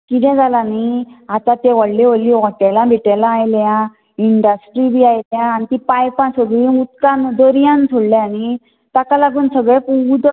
कितें जालां न्हय आतां ते व्हडलीं व्हडलीं हॉटेलां बिटेलां आयल्यां इंडस्ट्रिज बी आयल्यां आनी तीं पायपां सगलीं उदकान दर्यान सोडल्या न्हय ताका लागून सगळें उदक